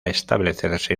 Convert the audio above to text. establecerse